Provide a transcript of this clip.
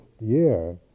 year